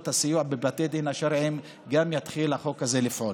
הסיוע בבתי הדין השרעיים יתחיל החוק הזה לפעול.